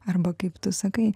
arba kaip tu sakai